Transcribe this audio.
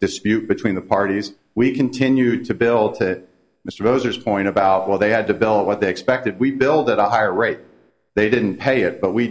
dispute between the parties we continue to build that mr bowser is point about what they had developed what they expected we built at a higher rate they didn't pay it but we